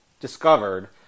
discovered